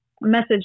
message